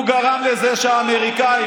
הוא גרם לזה שהאמריקאים,